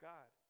God